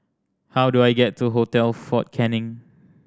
how do I get to Hotel Fort Canning